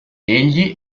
egli